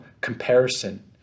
comparison